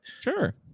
sure